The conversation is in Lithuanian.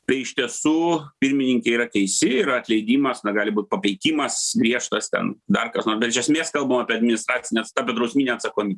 tai iš tiesų pirmininkė yra teisi yra atleidimas na gali būt papeikimas griežtas ten dar kas nors bet iš esmės kalbam apie administracinę tą bedrausminę atsakomybę